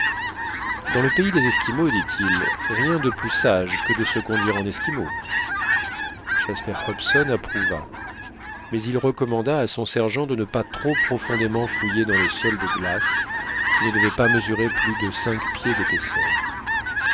dans le pays des esquimaux dit-il rien de plus sage que de se conduire en esquimau jasper hobson approuva mais il recommanda à son sergent de ne pas trop profondément fouiller dans le sol de glace qui ne devait pas mesurer plus de cinq pieds d'épaisseur